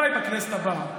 אולי בכנסת הבאה,